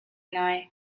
ngai